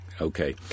Okay